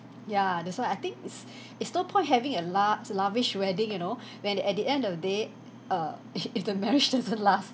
ya that's why I think it's it's no point having a large lavish wedding you know when at the end of day err if if the marriage doesn't last